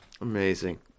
Amazing